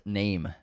name